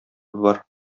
бар